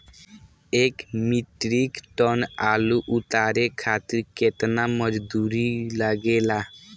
एक metric tonne आलू उतारे खातिर केतना मजदूरी लागेला?